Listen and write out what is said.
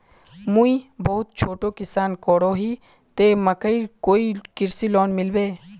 मुई बहुत छोटो किसान करोही ते मकईर कोई कृषि लोन मिलबे?